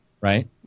right